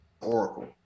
Oracle